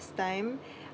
pastimes